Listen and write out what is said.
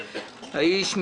האיש,